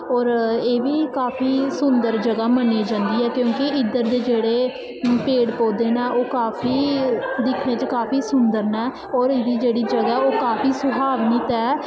होर एह् बी काफी सुन्दर जगह् मन्नी जंदी ऐ क्योंकि इद्धर दे जेह्ड़े पेड़ पौधे न ओह् काफी दिक्खने च काफी सुंदर न होर एह् बी जेह्ड़ी जगह् ओह् काफी सुहावनी ते